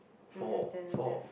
four four